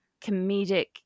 comedic